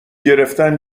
گرفتن